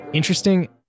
Interesting